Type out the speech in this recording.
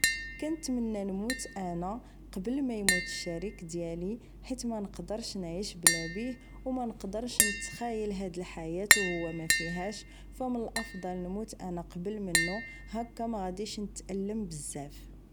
كنتمنى نموت انا قبل مايموت الشريك ديالي حيت منقدرش نعيش بلا بيه و منقدرش نتخيل هاد الحياة و هو مافيهاش فمن الافضل نموت انا قبل منه هكا ماغاديش نتألم بزاف